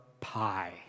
pie